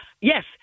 yes